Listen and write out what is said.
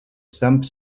some